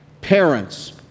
Parents